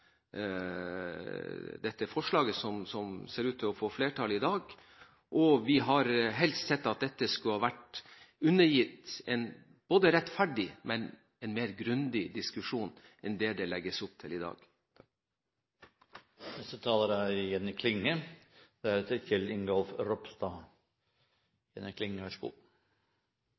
dette forslaget som ser ut til å få flertall i dag, og vi hadde helst sett at dette skulle vært undergitt en både mer rettferdig og grundigere diskusjon enn det det legges opp til i dag.